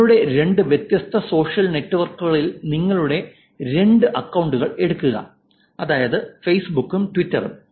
നിങ്ങളുടെ രണ്ട് വ്യത്യസ്ത സോഷ്യൽ നെറ്റ്വർക്കുകളിൽ നിങ്ങളുടെ രണ്ട് അക്കൌണ്ടുകൾ എടുക്കുക അതായത് ഫേസ്ബുക്കും ട്വിറ്ററും